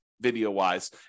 video-wise